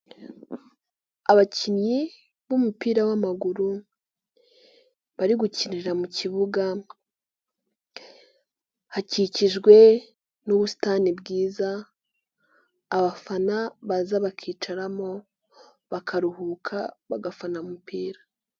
Abakinnyi b'umupira w'amaguru bari gukinira mu kibuga hakikijwe n'ubusitani abafana baza bakicaramo bakaruhuka bagafana umupira.